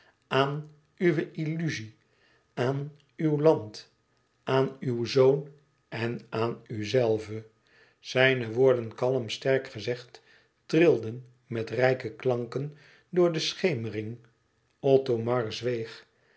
aan uwe illuzie aan uw land aan uw zoon en aan uzelve zijne woorden kalm sterk gezegd trilden met rijke klanken door de schemering othomar zweeg